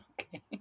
okay